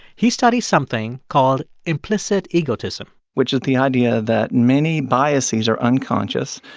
he studies something called implicit egotism which is the idea that many biases are unconscious.